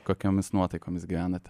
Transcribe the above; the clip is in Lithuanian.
kokiomis nuotaikomis gyvenat